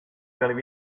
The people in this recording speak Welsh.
ddiogel